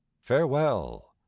Farewell